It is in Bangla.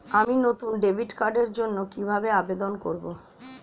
আমি নতুন ডেবিট কার্ডের জন্য কিভাবে আবেদন করব?